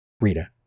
Rita